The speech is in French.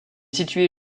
situé